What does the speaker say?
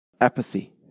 apathy